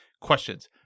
questions